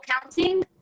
counting